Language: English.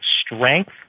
strength